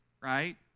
right